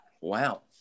Wow